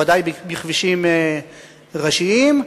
בוודאי בכבישים ראשיים,